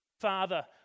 father